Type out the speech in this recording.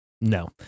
No